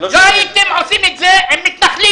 לא הייתם עושים את זה עם מתנחלים,